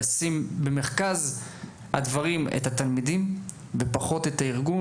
לשים במרכז הדברים את התלמידים ופחות את הארגון.